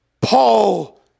Paul